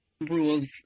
rules